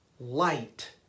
light